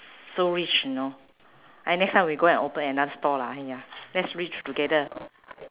so rich you know I next time we go and open another store lah yeah let's rich together